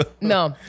No